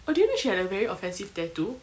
oh do you know she had a very offensive tattoo